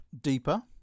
deeper